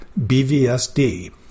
BVSD